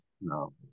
No